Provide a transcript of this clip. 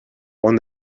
one